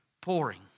pouring